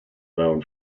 known